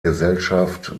gesellschaft